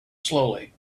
slowly